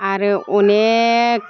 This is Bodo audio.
आरो अनेक